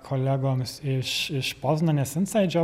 kolegoms iš iš poznanės insaidžio